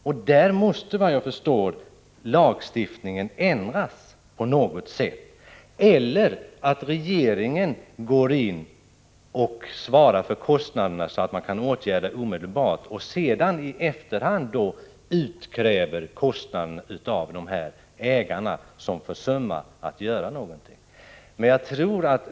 Vad jag förstår måste lagstiftningen ändras, eller också måste regeringen gå in och svara för kostnaderna, så att åtgärder kan vidtas omedelbart, för att sedan i efterhand utkräva kostnaderna av ägarna, som har försummat att göra någonting.